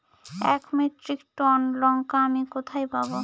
এক metric ton লঙ্কা আমি কোথায় পাবো?